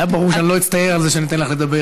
היה ברור שאני לא אצטער על זה שאני נותן לך לדבר,